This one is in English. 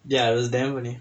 ya it was damn funny